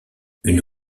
une